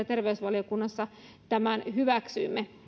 terveysvaliokunnassa tämän hyväksyimme